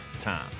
time